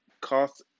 cost